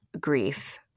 grief